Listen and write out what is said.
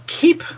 keep